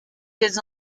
des